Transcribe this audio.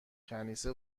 کنیسه